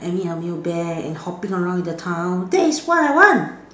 I mean a male bear and hopping around in the town that is what I want